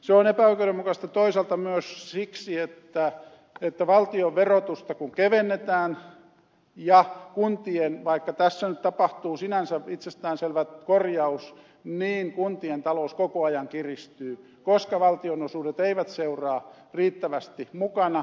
se on epäoikeudenmukaista toisaalta myös siksi että valtionverotusta kun kevennetään vaikka tässä nyt tapahtuu sinänsä itsestäänselvä korjaus niin kuntien talous koko ajan kiristyy koska valtionosuudet eivät seuraa riittävästi mukana